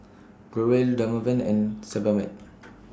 Growell Dermaveen and Sebamed